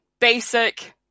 basic